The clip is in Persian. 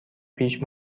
پیش